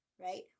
right